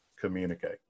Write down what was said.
communicate